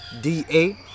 da